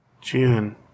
June